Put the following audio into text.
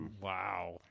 wow